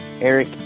Eric